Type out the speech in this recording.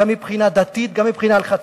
גם מבחינה דתית וגם מבחינה הלכתית,